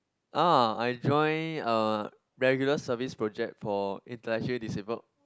orh I join uh regular service project for intellectually disabled